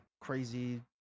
crazy